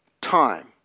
time